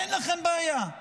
אין לכם בעיה.